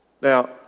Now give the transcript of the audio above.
Now